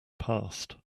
past